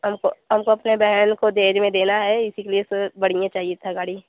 हमको हमको अपने बहन को दहेज में देना है इसी के लिए सा बढ़िया चाहिए था गाड़ी